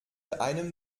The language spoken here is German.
einem